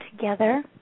together